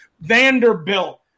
Vanderbilt